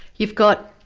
you've got